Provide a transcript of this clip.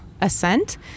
ascent